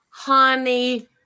Honey